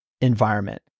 environment